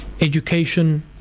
education